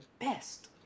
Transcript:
best